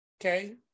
okay